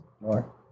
more